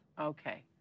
Okay